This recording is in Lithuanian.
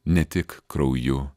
ne tik krauju